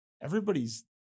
everybody's